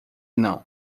não